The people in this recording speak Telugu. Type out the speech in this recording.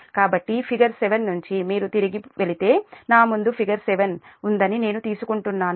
కాబట్టి ఫిగర్ 7 నుండి మీరు తిరిగి వెళితే నా ముందు ఫిగర్ 7 ఉందని నేను అనుకుంటున్నాను